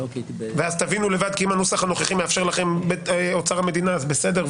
ואז תבינו לבד כי אם הנוסח הנוכחי מאפשר לכם אוצר המדינה אז בסדר,